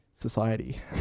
society